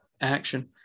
action